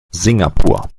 singapur